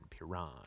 Piran